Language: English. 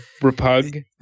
Repug